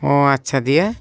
ও আচ্ছা দিয়ে